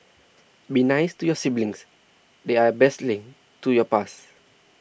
be nice to your siblings they're your best link to your past